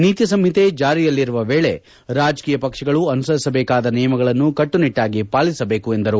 ನೀತಿ ಸಂಹಿತೆ ಜಾರಿಯಲ್ಲಿರುವ ವೇಳೆ ರಾಜಕೀಯ ಪಕ್ಷಗಳು ಅನುಸರಿಸಬೇಕಾದ ನಿಯಮಗಳನ್ನು ಕಟ್ಟುನಿಟ್ಟಾಗಿ ಪಾಲಿಸಬೇಕು ಎಂದರು